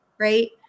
right